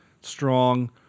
Strong